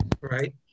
Right